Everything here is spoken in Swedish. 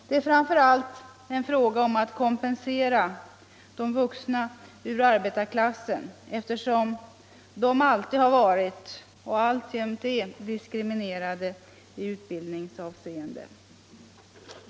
Det är först och främst en fråga om att kompensera de vuxna ur arbetarklassen, eftersom de alltid har varit och alltjämt är diskriminerade i utbildningsavseende.